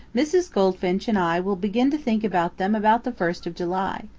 mrs. goldfinch and i will begin to think about them about the first of july.